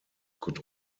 could